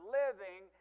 living